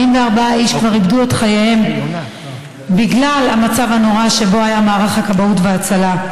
44 איש כבר איבדו את חייהם בגלל המצב הנורא שבו היה מערך הכבאות וההצלה.